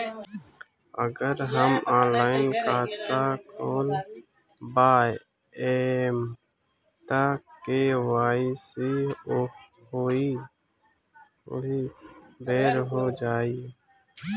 अगर हम ऑनलाइन खाता खोलबायेम त के.वाइ.सी ओहि बेर हो जाई